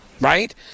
right